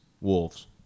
Wolves